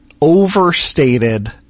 overstated